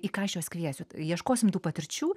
į ką aš juos kviesiu ieškosim tų patirčių